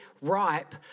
ripe